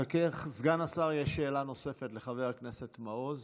חכה, סגן השר, יש שאלה נוספת לחבר הכנסת מעוז.